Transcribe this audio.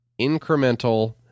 incremental